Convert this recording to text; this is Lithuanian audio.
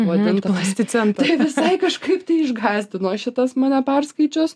vadinta plasticenta tai visai kažkaip tai išgąsdino šitas mane perskaičius